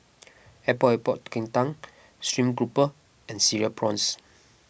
Epok Epok Kentang Stream Grouper and Cereal Prawns